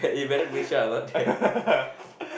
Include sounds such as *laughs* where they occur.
*laughs*